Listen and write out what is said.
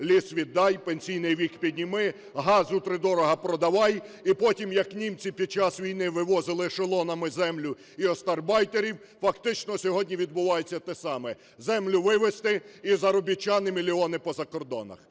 ліс віддай, пенсійний вік підніми, газ втридорога продавай, і потім, як німці під час війни вивозили ешелонами землю і остарбайтерів, фактично сьогодні відбувається те саме: землю вивезти і заробітчани мільйони по закордонах.